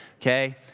Okay